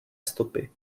stopy